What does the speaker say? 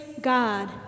God